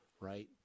right